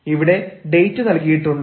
ഇവിടെ ഡേറ്റ് നൽകിയിട്ടുണ്ട്